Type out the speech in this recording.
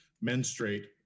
menstruate